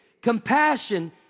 Compassion